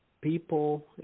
people